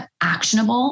actionable